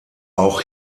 auch